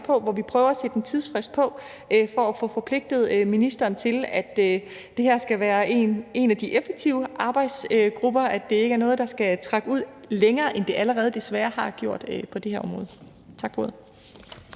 på, hvor vi prøver at sætte en tidsfrist på for at få forpligtet ministeren til, at det her skal være en af de effektive arbejdsgrupper, altså at det ikke er noget, der skal trække ud længere, end det desværre allerede har gjort, på det her område. Tak for